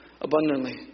abundantly